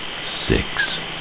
six